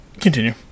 Continue